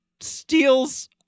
steals